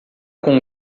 com